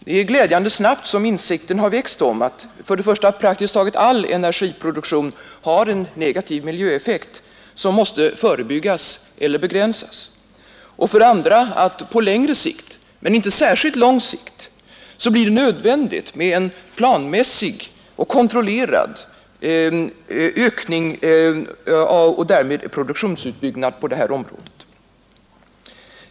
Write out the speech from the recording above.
Det är glädjande snabbt som insikten har växt om för det första att praktiskt taget all energiproduktion har en negativ miljöeffekt, som måste förebyggas eller begränsas, och för det andra att på längre sikt — men inte särskilt lång sikt — blir det nödvändigt med en planmässig och kontrollerad ökning och därmed produktionsutbyggnad på det här området.